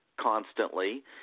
constantly